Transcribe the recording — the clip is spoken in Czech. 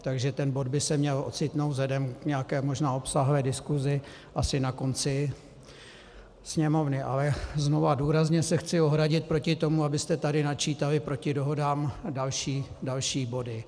Takže ten bod by se měl ocitnout vzhledem k nějaké možná obsáhlé diskusi asi na konci sněmovny, ale znova důrazně se chci ohradit proti tomu, abyste tady načítali proti dohodám další body.